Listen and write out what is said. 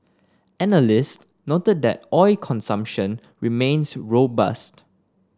analysts noted that oil consumption remains robust